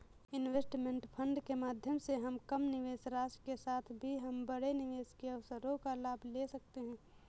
investment fund के माध्यम से हम कम निवेश राशि के साथ भी हम बड़े निवेश के अवसरों का लाभ ले सकते हैं